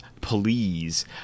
please